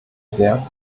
sehr